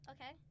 Okay